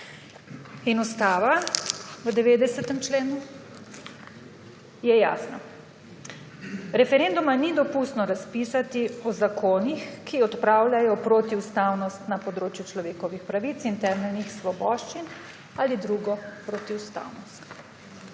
Ustava v 90. členu je jasna. Referenduma ni dopustno razpisati o zakonih, ki odpravljajo protiustavnost na področju človekovih pravic in temeljnih svoboščin ali drugo protiustavnost.